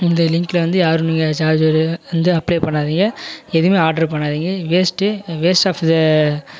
இந்த லிங்கில் வந்து யாரும் நீங்கள் சார்ஜரு வந்து அப்ளை பண்ணாதீங்க எதுவும் ஆட்ரு பண்ணாதீங்க வேஸ்ட்டு வேஸ்ட் ஆஃப் த